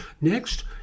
Next